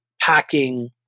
packing